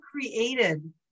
created